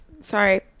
sorry